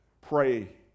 pray